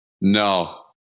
No